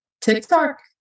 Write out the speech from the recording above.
TikTok